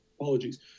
apologies